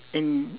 in